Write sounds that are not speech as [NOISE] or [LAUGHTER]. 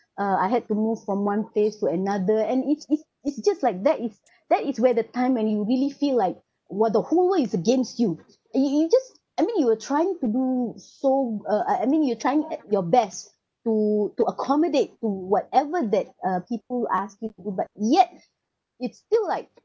uh I had to move from one place to another and it's it's it's just like that is [BREATH] that is where the time when you really feel like why the whole world is against you you you just I mean you were trying to do so uh I mean you're trying at your best to to accommodate to whatever that uh people asked you to do but yet it's still like